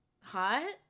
Hot